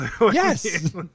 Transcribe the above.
Yes